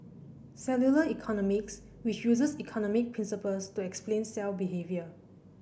cellular economics which uses economic principles to explain cell behaviour